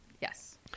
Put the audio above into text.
Yes